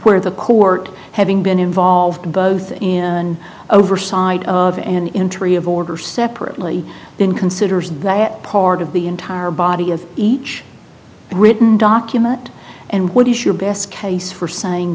where the court having been involved both in oversight of an interview of order separately then consider that part of the entire body of each written document and what is your best case for saying